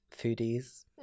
foodies